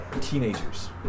teenagers